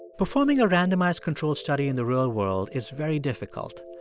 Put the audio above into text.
performing a randomized controlled study in the real world is very difficult,